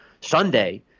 Sunday